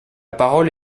parole